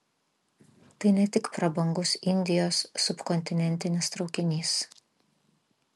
tai ne tik prabangus indijos subkontinentinis traukinys